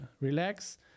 relax